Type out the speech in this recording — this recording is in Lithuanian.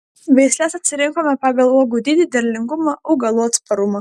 veisles atsirinkome pagal uogų dydį derlingumą augalų atsparumą